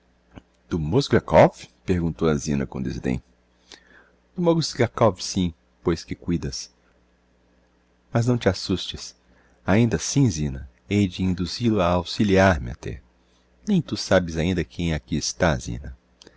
do mozgliakov perguntou a zina com desdem do mozgliakov sim pois que cuidas mas não te assustes ainda assim zina hei de induzil o a auxiliar me até nem tu sabes ainda quem aqui está zina